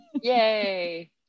Yay